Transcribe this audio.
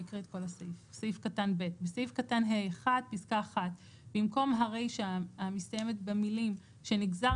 "(ב)בסעיף קטן (ה1) (1)במקום הרישה המסתיימת במילים "שנגזר